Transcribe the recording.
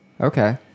okay